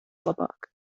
labāk